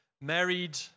married